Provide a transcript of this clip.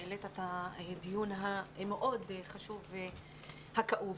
שהעלתה את הדיון המאוד חשוב והכאוב.